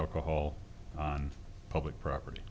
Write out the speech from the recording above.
alcohol on public property